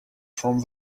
from